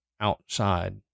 outside